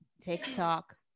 tiktok